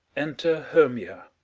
enter hermia